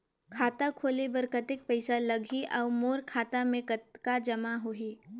खाता खोले बर कतेक पइसा लगही? अउ मोर खाता मे कतका जमा होही?